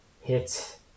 hit